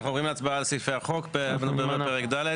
אנחנו עוברים להצבעה על סעיפי החוק פרק ד'